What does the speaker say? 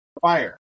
fire